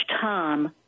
time